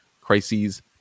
crises